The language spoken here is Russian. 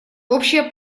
общая